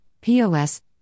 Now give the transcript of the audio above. POS